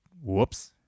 whoops